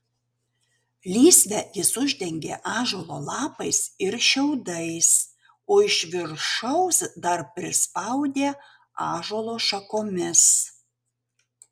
lysvę jis uždengė ąžuolo lapais ir šiaudais o iš viršaus dar prispaudė ąžuolo šakomis